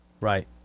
right